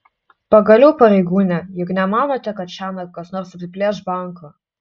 pagaliau pareigūne juk nemanote kad šiąnakt kas nors apiplėš banką